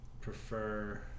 prefer